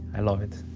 i love it.